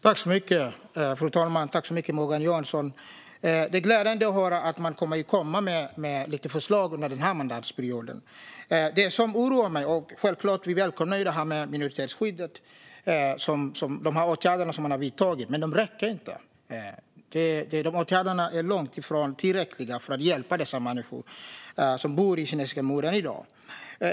Fru talman! Det är glädjande att höra att man kommer att komma med förslag under denna mandatperioden, och självklart välkomnar vi de åtgärder som har vidtagits när det gäller minoritetsskyddet. Men de räcker inte - dessa åtgärder är långt ifrån tillräckliga för att hjälpa de människor som bor i Kinesiska muren i dag.